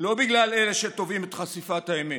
לא בגלל אלה שתובעים את חשיפת האמת.